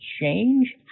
change